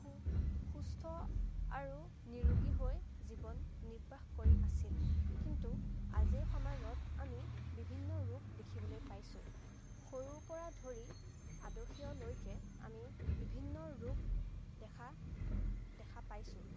সু সুস্থ আৰু নিৰোগী হৈ জীৱন নিৰ্বাহ কৰি আছিল কিন্তু আজিৰ সমাজত আমি বিভিন্ন ৰোগ দেখিবলৈ পাইছোঁ সৰুৰ পৰা ধৰি আদসীয়ালৈকে আমি বিভিন্ন ৰোগ দেখা দেখা পাইছোঁ